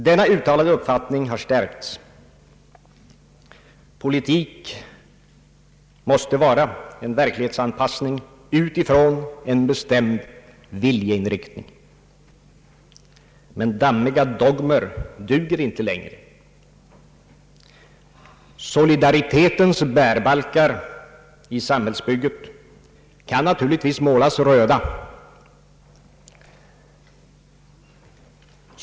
Denna uttalade uppfattning har stärkts. Politik måste vara en verklighetsanpassning utifrån en bestämd viljeinriktning. Men dammiga dogmer duger inte längre. Solidaritetens bärbalkar i samhällsbygget kan naturligtvis målas röda.